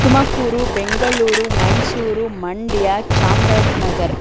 Tumakuru Bengaluru Mysuru Mandya Chamarajanagar